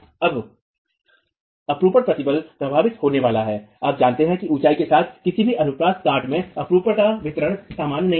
अब अपरूपण प्रतिबल प्रभावित होने वाला है आप जानते हैं कि ऊंचाई के साथ किसी भी अनुप्रस्थ काट में अपरूपण का वितरण समान नहीं है